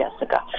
Jessica